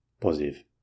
positive